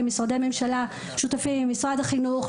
משרדי ממשלה שותפים: משרד החינוך,